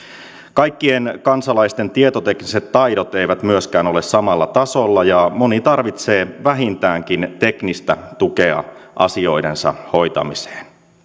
kaikkien kansalaisten tietotekniset taidot eivät myöskään ole samalla tasolla ja moni tarvitsee vähintäänkin teknistä tukea asioidensa hoitamiseen